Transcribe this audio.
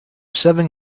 seven